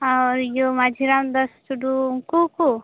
ᱤᱭᱟ ᱢᱟᱺᱡᱷᱤ ᱨᱟᱢᱫᱟᱥ ᱴᱩᱰᱩ ᱩᱱᱠᱩᱠᱚ